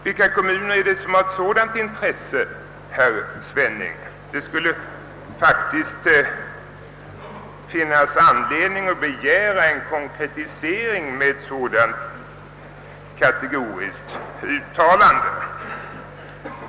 Vilka kommuner är det som har ett sådant intresse, herr Svenning? Det finns faktiskt anledning att begära en konkretisering av ett så kategoriskt uttalande.